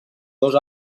dos